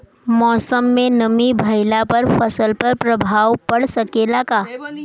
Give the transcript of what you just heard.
मौसम में नमी भइला पर फसल पर प्रभाव पड़ सकेला का?